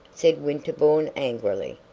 said winterbourne angrily.